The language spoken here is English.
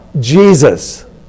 Jesus